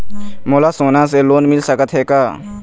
मोला सोना से लोन मिल सकत हे का?